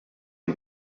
kid